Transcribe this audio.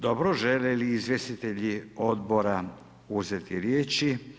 Dobro, žele li izvjestitelji odbora uzeti riječi?